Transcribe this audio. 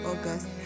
august